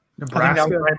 Nebraska